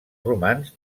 romans